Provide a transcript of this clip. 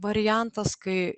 variantas kai